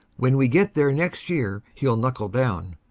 when we get there next year he ll knuckle down.